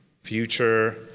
future